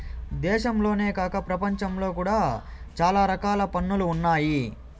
దేశంలోనే కాక ప్రపంచంలో కూడా చాలా రకాల పన్నులు ఉన్నాయి